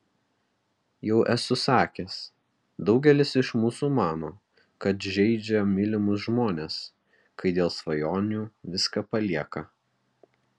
jau esu sakęs daugelis iš mūsų mano kad žeidžia mylimus žmones kai dėl svajonių viską palieka